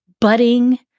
budding